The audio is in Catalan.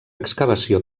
excavació